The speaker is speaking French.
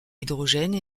hydrogène